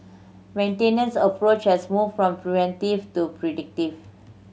maintenance approach has moved from preventive to predictive